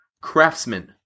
Craftsman